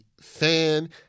fan